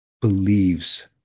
believes